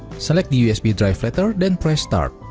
select the usb drive letter then press start.